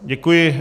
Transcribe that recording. Děkuji.